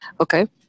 Okay